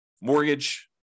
mortgage